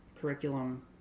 curriculum